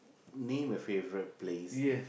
name a favourite place